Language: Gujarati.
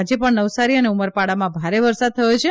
આજે પણ નવસારી અને ઉમરપાડામાં ભારે વરસાદ થથો છે